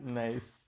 nice